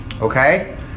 Okay